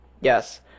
Yes